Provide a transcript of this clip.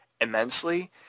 immensely